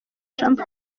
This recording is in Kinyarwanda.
trump